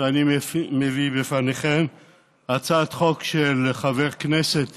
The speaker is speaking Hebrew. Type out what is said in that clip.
אני מביא בפניכם הצעת חוק של חברי הכנסת